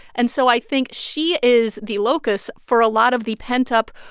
and so i think she is the locus for a lot of the pent-up,